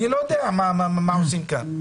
אני לא יודע מה עושים כאן.